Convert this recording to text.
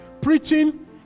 preaching